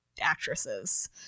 actresses